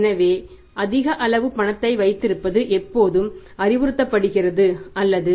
எனவே அதிக அளவு பணத்தை வைத்திருப்பது எப்போதும் அறிவுறுத்தப்படுகிறது அல்லது